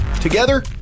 Together